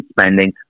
spending